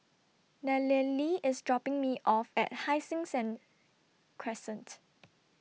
Nallely IS dropping Me off At Hai Sing send Crescent